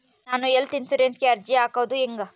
ನಾನು ಹೆಲ್ತ್ ಇನ್ಸುರೆನ್ಸಿಗೆ ಅರ್ಜಿ ಹಾಕದು ಹೆಂಗ?